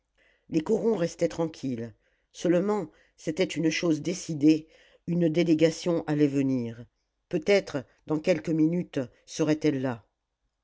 les corons restaient tranquilles seulement c'était une chose décidée une délégation allait venir peut-être dans quelques minutes serait-elle là